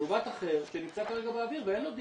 לעומת אחר שנמצא כרגע באוויר ואין לו דירה.